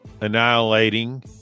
annihilating